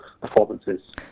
performances